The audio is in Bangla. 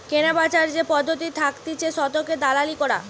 কেনাবেচার যে পদ্ধতি থাকতিছে শতকের দালালি করা